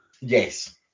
yes